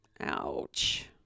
Ouch